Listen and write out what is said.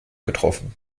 getroffen